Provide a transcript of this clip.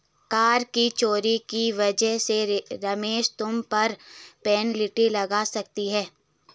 कर की चोरी की वजह से रमेश तुम पर पेनल्टी लग सकती है